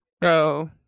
Bro